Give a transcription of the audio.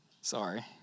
Sorry